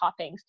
toppings